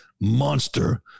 monster